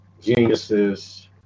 geniuses